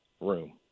room